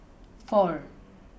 four